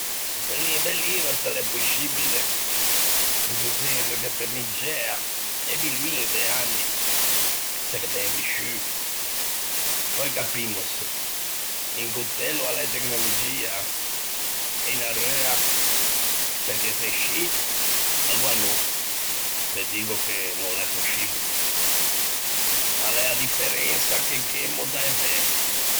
Bellin bellino se l'é poscibile, into senso che pe miggiæa e milioin de anni se gh'é ben visciuo. Pöi, capimmose: un cotello a l'é tecnologia? E unna reua? Perché se scì, aloa no, ve diggo che no l'é poscibile: a l'é a differensa che gh'emmo da-e bestie.